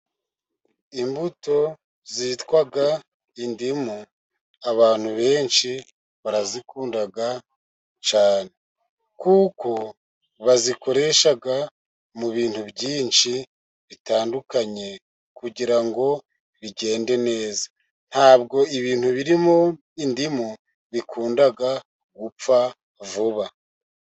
Imbuto zitwa indimu. Abantu benshi barazikunda cyane kuko bazikoresha mu bintu byinshi bitandukanye kugira ngo bigende neza. Ntabwo ibintu birimo indimu bikunda gupfa vuba.